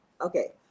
okay